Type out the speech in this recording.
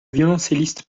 violoncelliste